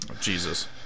Jesus